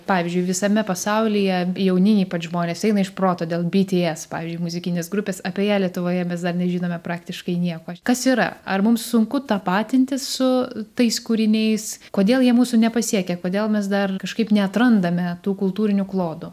pavyzdžiui visame pasaulyje jauni ypač žmonės eina iš proto dėl bts pavyzdžiui muzikinės grupės apie ją lietuvoje mes dar nežinome praktiškai nieko kas yra ar mums sunku tapatintis su tais kūriniais kodėl jie mūsų nepasiekia kodėl mes dar kažkaip neatrandame tų kultūrinių klodų